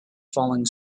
falling